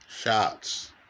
shots